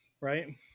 right